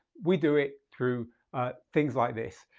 we do it through things like this.